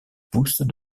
pousses